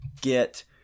get